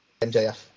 MJF